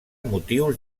motius